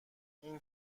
این